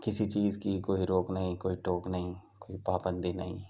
کسی چیز کی کوئی روک نہیں کوئی ٹوک نہیں کوئی پابندی نہیں